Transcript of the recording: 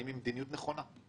האם היא מדיניות נכונה?